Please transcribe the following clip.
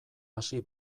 hasi